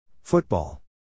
Football